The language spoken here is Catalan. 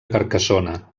carcassona